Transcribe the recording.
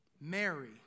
Mary